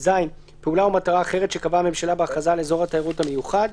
(ז)פעולה או מטרה אחרת שקבעה הממשלה בהכרזה על אזור התיירות המיוחד.